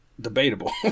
debatable